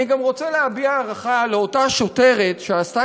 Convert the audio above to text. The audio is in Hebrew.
אני גם רוצה להביע הערכה לאותה שוטרת שעשתה